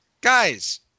guys